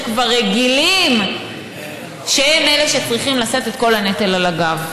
שכבר רגילים שהם אלה שצריכים לשאת את כל הנטל על הגב.